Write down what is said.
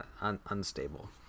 unstable